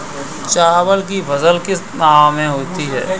चावल की फसल किस माह में होती है?